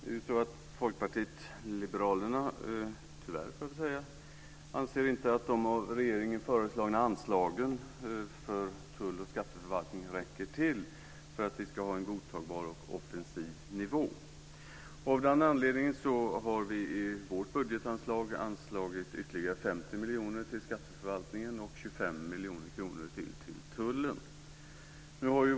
Herr talman! Tyvärr, får jag väl lov att säga, anser Folkpartiet liberalerna inte att de av regeringen föreslagna anslagen för tull och skatteförvaltning räcker till för att vi ska ha en godtagbar offensiv nivå. Av den anledningen har vi i vårt budgetförslag anslagit ytterligare 50 miljoner till skatteförvaltningen och 25 miljoner kronor till tullen.